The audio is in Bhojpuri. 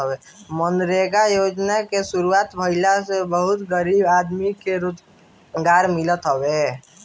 मनरेगा योजना के शुरुआत भईला से बहुते गरीब आदमी के रोजगार मिलल हवे